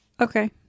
Okay